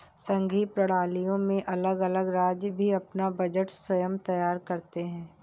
संघीय प्रणालियों में अलग अलग राज्य भी अपना बजट स्वयं तैयार करते हैं